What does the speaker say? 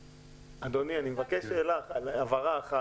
אדוני, אני מבקש שאלת הבהרה אחת.